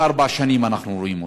ארבע שנים אנחנו רואים אותה,